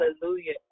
hallelujah